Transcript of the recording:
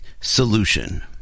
solution